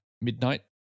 midnight